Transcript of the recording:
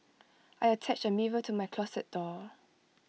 I attached A mirror to my closet door